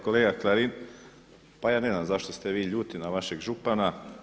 Kolega Klarin, pa ja ne znam zašto ste vi ljuti na vašeg župana.